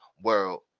world